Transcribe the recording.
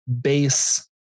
base